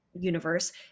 universe